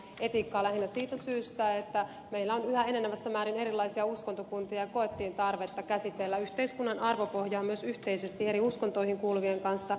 etiikkaa lähinnä siitä syystä että meillä on yhä enenevässä määrin erilaisia uskontokuntia ja koettiin tarvetta käsitellä yhteiskunnan arvopohjaa myös yhteisesti eri uskontoihin kuuluvien kanssa